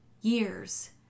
years